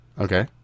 Okay